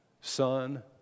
Son